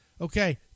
Okay